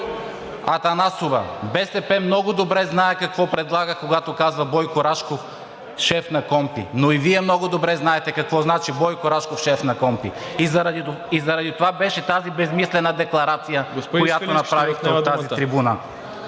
Атанасова, БСП много добре знае какво предлага, когато казва: Бойко Рашков – шеф на КПКОНПИ. Но и Вие много добре знаете какво значи шеф на КПКОНПИ и заради това беше тази безсмислена декларация, която направихте от тази трибуна.